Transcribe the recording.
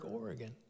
Oregon